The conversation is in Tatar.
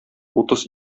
утыз